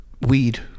Weed